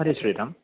Hare Shriram